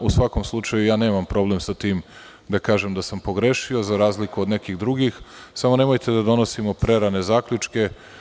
U svakom slučaju, ja nemam problem sa tim da kažem da sam pogrešio, za razliku od nekih drugih, samo nemojte da donosimo prerane zaključke.